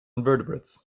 invertebrates